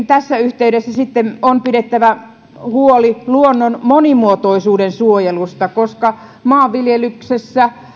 tässä yhteydessä on myöskin pidettävä huoli luonnon monimuotoisuuden suojelusta koska maanviljelyksessä